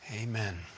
Amen